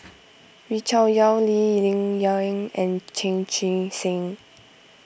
Wee Cho Yaw Lee Ling Yen and Chan Chee Seng